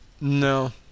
No